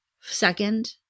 second